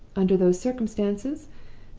under those circumstances,